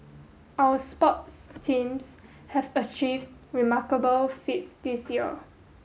our sports teams have achieved remarkable feats this year